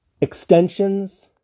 Extensions